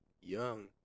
Young